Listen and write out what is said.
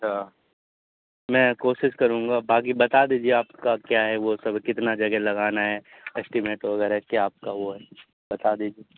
اچھا میں کوسس کروں گا باکی بتا دیجیے آپ کا کیا ہے وہ سب کتنا جگہ لگانا ہے اسٹیمیٹ وغیرہ کیا آپ کا وہ ہے بتا دیجیے